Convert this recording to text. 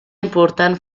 important